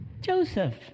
Joseph